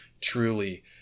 truly